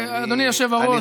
אדוני היושב-ראש,